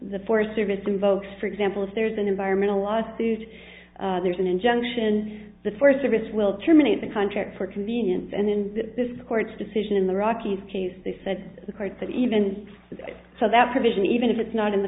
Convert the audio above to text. the forest service invokes for example if there's an environmental law suit there's an injunction the forest service will terminate the contract for convenience and in this court's decision in the rockies case they said the court but even so that provision even if it's not in the